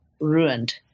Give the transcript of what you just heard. ruined